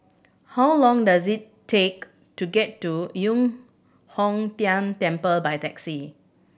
how long does it take to get to Yu Hong Tian Temple by taxi